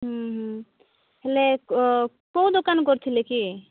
ହ୍ନୁ ହେଲେ କୋଉ ଦୋକାନ କରିଥିଲେ କି